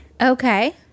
Okay